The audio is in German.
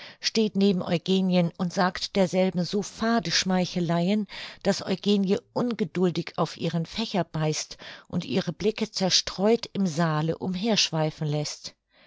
steht neben eugenien und sagt derselben so fade schmeicheleien daß eugenie ungeduldig auf ihren fächer beißt und ihre blicke zerstreut im saale umher schweifen läßt